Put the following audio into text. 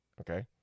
okay